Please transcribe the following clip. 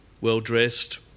well-dressed